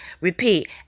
Repeat